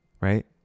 Right